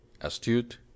astute